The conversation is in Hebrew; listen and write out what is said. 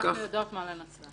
אנחנו יודעות מה לנסח.